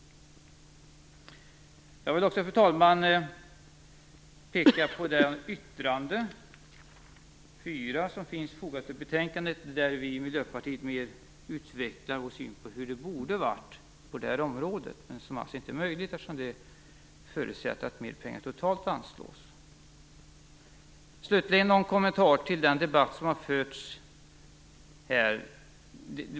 Fru talman! Jag vill vidare peka på det yttrande nr 4 som finns fogat till betänkandet och där vi i Miljöpartiet mer utvecklar vår syn på hur det borde ha varit på det här området men som det inte var möjligt att få därför att det förutsätter att mer pengar totalt anslås. Slutligen några kommentarer till den debatt som förts här.